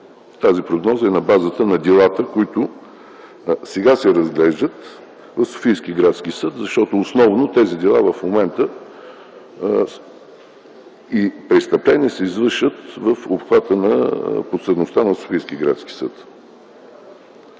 Тази прогноза е на базата на делата, които, ако сега се разглеждат в Софийски градски съд, защото основно в момента тези дела и престъпления се извършват в обхвата на подсъдността на Софийския градски съд.